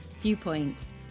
viewpoints